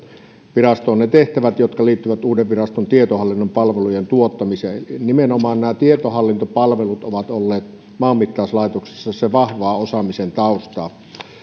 virastoon ne tehtävät jotka liittyvät uuden viraston tietohallinnon palvelujen tuottamiseen nimenomaan nämä tietohallintopalvelut ovat olleet maanmittauslaitoksessa sen vahvaa osaamisen taustaa